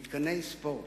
מתקני ספורט.